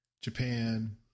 japan